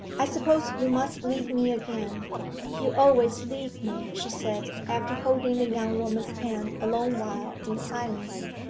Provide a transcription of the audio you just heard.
i suppose you must leave me again you always leave me she said, after holding the young woman's hand a long while in silence.